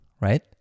right